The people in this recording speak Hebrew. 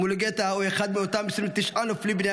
מולוגטה הוא אחד מאותם 29 נופלים בני